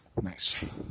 Nice